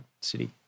city